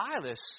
Silas